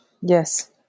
yes